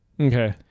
Okay